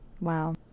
Wow